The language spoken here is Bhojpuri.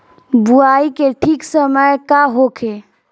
बुआई के ठीक समय का होखे?